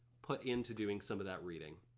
put into doing some of that reading.